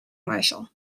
marshall